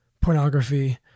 pornography